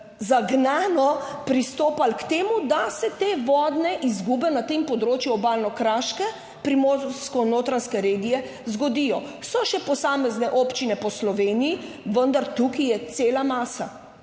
zagnano pristopali k temu, da se te vodne izgube na tem področju obalno kraške, Primorsko-notranjske regije zgodijo. So še posamezne občine po Sloveniji. Vendar tukaj je cela masa